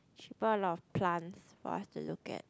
she brought a lot of plants for us to look at